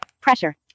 Pressure